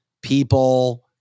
people